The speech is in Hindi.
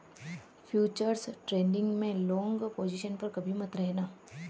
फ्यूचर्स ट्रेडिंग में लॉन्ग पोजिशन पर कभी मत रहना